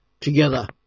together